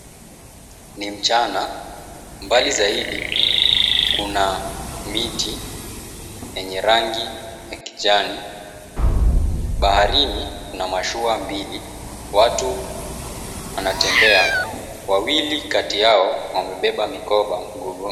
Ni mchana. Mbali zaidi kuna miti yenye rangi ya rangi ya kijani. Baharini mna mashua mbili. Watu wanatembea wawili kati yao wamebeba mikoba mgongoni.